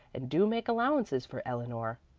and do make allowances for eleanor.